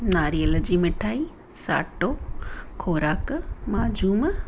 नारेल जी मिठाई साटो खोराक माज़ून